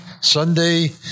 Sunday